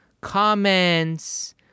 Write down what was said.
comments